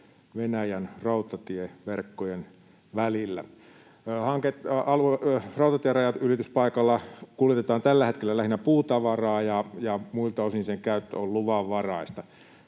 Venäjän rautatieverkkojen välillä. Rautatierajan-ylityspaikalla kuljetetaan tällä hetkellä lähinnä puutavaraa, ja muilta osin sen käyttö on luvanvaraista.